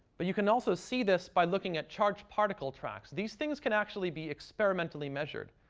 but you can also see this by looking at charged particle tracks. these things can actually be experimentally measured.